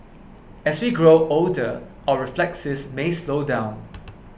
as we grow older our reflexes may slow down